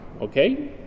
okay